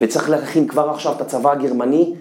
וצריך להכין כבר עכשיו את הצבא הגרמני.